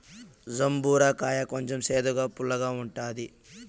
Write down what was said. జంబూర కాయ కొంచెం సేదుగా, పుల్లగా ఉంటుంది